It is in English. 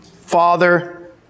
father